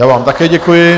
Já vám také děkuji.